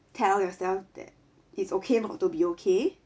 tell yourself that it's okay not to be okay